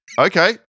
Okay